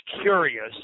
curious